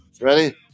Ready